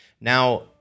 Now